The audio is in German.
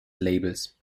labels